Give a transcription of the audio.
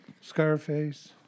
Scarface